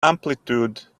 amplitude